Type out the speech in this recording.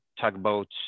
tugboats